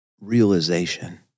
realization